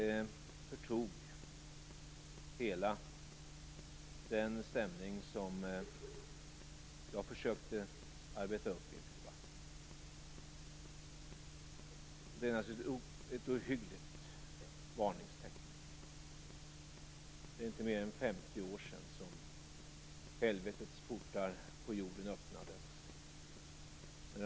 Det förtog hela den stämning som jag försökte arbeta upp inför debatten. Det är naturligtvis ett ohyggligt varningstecken. Det är inte mer än 50 år sedan som helvetets portar på jorden öppnades.